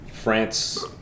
France